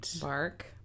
Bark